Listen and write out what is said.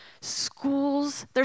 schools